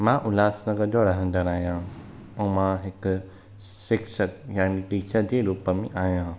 मां उल्हासनगर जो रहंदड़ु आहियां ऐं मां हिकु शिक्षकु यानी टीचर जे रूप में आहियां